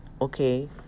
Okay